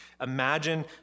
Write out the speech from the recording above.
Imagine